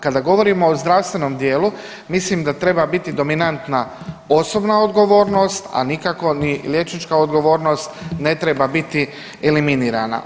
Kada govorimo o zdravstvenom dijelu, mislim da treba biti dominantna osobna odgovornost, a nikako ni liječnička odgovornost ne treba biti eliminirana.